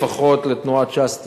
לפחות לתנועת ש"ס,